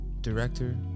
director